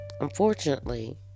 unfortunately